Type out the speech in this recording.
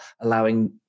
allowing